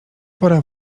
pora